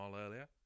earlier